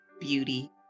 Beauty